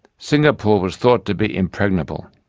singapore was thought to be impregnable,